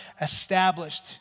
established